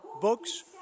books